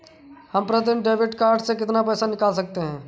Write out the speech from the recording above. हम प्रतिदिन debit card से कितना पैसा निकाल सकते हैं?